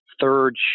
third